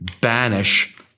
banish